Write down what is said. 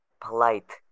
Polite